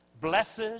Blessed